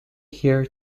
here